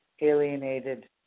alienated